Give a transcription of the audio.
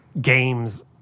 games